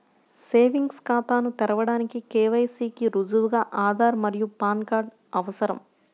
savings ఖాతాను తెరవడానికి KYC కి రుజువుగా ఆధార్ మరియు పాన్ కార్డ్ అవసరం